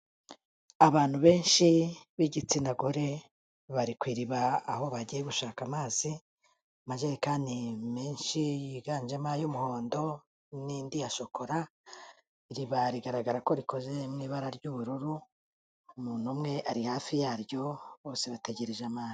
Abantu benshi b'igitsina gore bari ku iriba aho bagiye gushaka amazi, amajerikani menshi yiganjemo ay'umuhondo n'indi ya shokora, iriba rigaragara ko rikoze mu ibara ry'ubururu, umuntu umwe ari hafi yaryo, bose bategereje amazi.